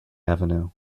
avenue